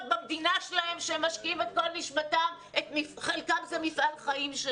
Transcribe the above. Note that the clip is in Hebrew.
במדינה שלהם בה הם משקיעים את כל נשמתם ועבור חלקם זה מפעל חיים.